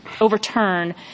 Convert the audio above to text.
overturn